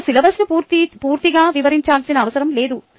మీరు సిలబస్ను పూర్తిగా వివరించాల్సిన అవసరం లేదు